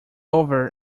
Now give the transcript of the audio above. over